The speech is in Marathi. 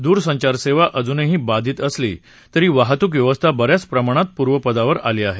दूरसंचारसेवा अजूनही बाधीत असली तरी वाहतूक व्यवस्था बऱ्याच प्रमाणात पूर्वपदावर आली आहे